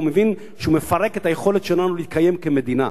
הוא מבין שהוא מפרק את היכולת שלנו להתקיים כמדינה.